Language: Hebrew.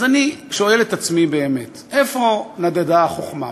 אז אני שואל את עצמי באמת: איפה נדדה החוכמה?